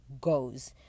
goes